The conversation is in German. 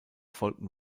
folgten